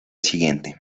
siguiente